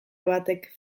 batek